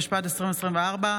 התשפ"ד 2024,